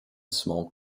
small